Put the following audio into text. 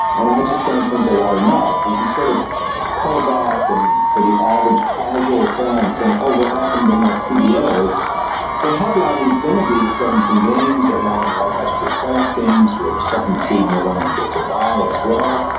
and i just don't think they got enough. if you sort of pull back and for the average casual fans saying, oh, what happened in that cba, the headline is going to be the seventeen games and then the like extra playoff games where the second seed no longer gets a bye as well.